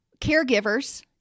caregivers